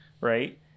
right